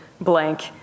blank